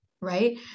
right